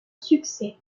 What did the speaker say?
succès